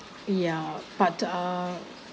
yeah but uh